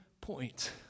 point